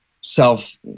self